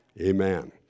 Amen